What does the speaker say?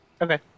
Okay